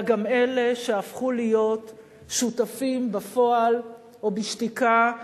אלא גם לאלה שהפכו להיות שותפים בפועל או בשתיקה,